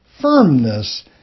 firmness